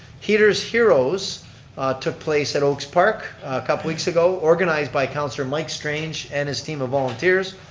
heater's heroes took place at oakes park a couple weeks ago, organized by counselor mike strange and his team of volunteers.